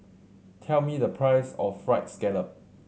tell me the price of Fried Scallop